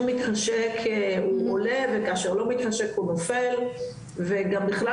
מתחשק הוא עולה וכאשר לא מתחשק הוא נופל וגם בכלל